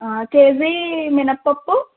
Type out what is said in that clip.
KG మినప్పప్పు